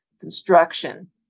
construction